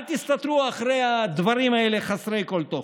אל תסתתרו מאחורי הדברים האלה, שהם חסרי כל תוכן.